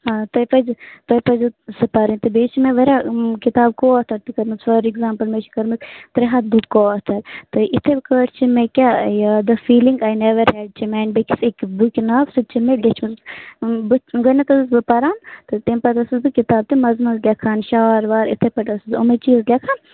آ تُہۍ پٔرۍزِ تُہۍ پٔرۍزیٚو تہٕ بیٚیہِ چھِ مےٚ واریاہ کِتابہٕ کو آتھر تہِ کَرِمَژٕ فار ایٚکزامپٕل مےٚ چھِ کٔرمٕژ ترٛے ہَتھ بُک کو آتھر تہٕ یِتھے پٲٹھۍ چھِ مےٚ کیٛاہ یہِ the feeling I never had چھِ میٛانہِ بیٚکِس أکِس بُکہِ ناو سُہ تہِ چھےٚ مےٚ لیٖچھ مٕژ بہٕ گۅڈٕنٮ۪تھ ٲسٕس بہٕ پَران تہٕ تَمہِ پَتہٕ ٲسٕس بہٕ کِتاب تہِ مَنٛز مَنٛز لیکھان شار وار یِتھے پٲٹھۍ ٲسٕس بہٕ یِمے چیٖز لیکھان